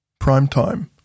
Primetime